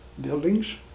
Buildings